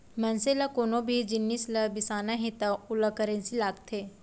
मनसे ल कोनो भी जिनिस ल बिसाना हे त ओला करेंसी लागथे